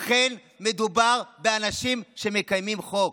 אכן מדובר באנשים שמקיימים חוק.